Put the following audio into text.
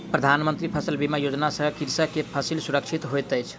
प्रधान मंत्री फसल बीमा योजना सॅ कृषक के फसिल सुरक्षित होइत अछि